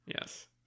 Yes